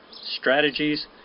strategies